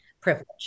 privilege